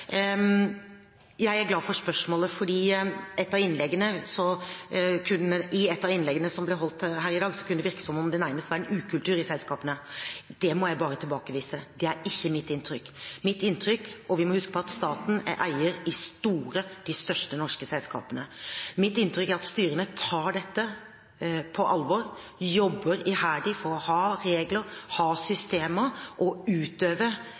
Jeg er glad for spørsmålet, for i et av innleggene som ble holdt her i dag, kunne det virke som om det nærmest er en ukultur i selskapene. Det må jeg bare tilbakevise. Det er ikke mitt inntrykk. Vi må huske på at staten er eier i de største norske selskapene. Mitt inntrykk er at styrene tar dette på alvor, jobber iherdig for å ha regler, ha systemer og